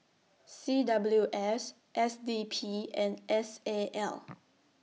C W S S D P and S A L